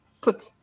put